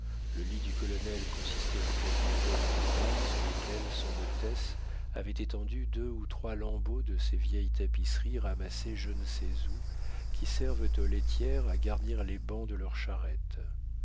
le lit du colonel consistait en quelques bottes de paille sur lesquelles son hôtesse avait étendu deux ou trois lambeaux de ces vieilles tapisseries ramassées je ne sais où qui servent aux laitières à garnir les bancs de leurs charrettes